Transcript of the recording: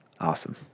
Awesome